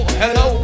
hello